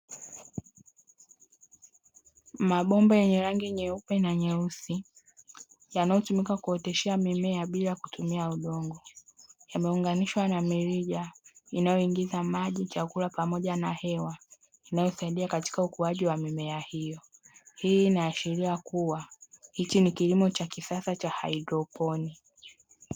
Mabomba yenye rangi nyeupe na nyeusi yanayotumika kuoteshea mimea bila kutumia udongo, yameunganishwa na mirija inayoingiza: maji, chakula pamoja na hewa; inayosaidia katika ukuaji wa mimea hiyo. Hii inaashiria kuwa hichi ni kilimo cha kisasa cha haidroponi.